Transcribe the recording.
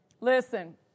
Listen